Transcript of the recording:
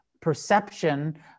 perception